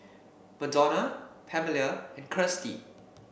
Madonna Pamelia and Kirstie